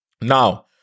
Now